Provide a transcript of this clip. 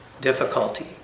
difficulty